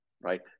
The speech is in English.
right